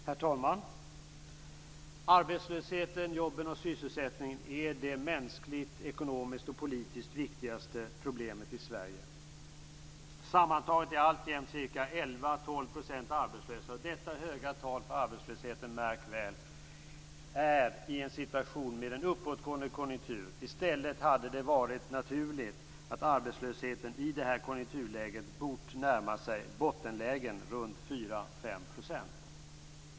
Herr talman! Arbetslösheten, jobben och sysselsättningen, är det mänskligt, ekonomiskt och politiskt viktigaste problemet i Sverige. Sammantaget är alltjämt 11-12 % arbetslösa. Och detta höga tal för arbetslösheten ser vi, märk väl, i en situation med en uppåtgående konjunktur. I stället hade det varit naturligt om arbetslösheten i det här konjunkturläget närmat sig bottenlägen på 4-5 %.